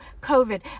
COVID